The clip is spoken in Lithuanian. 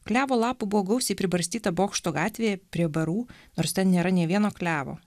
klevo lapų buvo gausiai pribarstyta bokšto gatvėje prie barų nors ten nėra nė vieno klevo